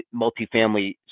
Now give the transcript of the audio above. multifamily